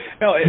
no